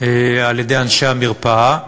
על-ידי אנשי המרפאה,